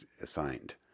assigned